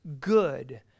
good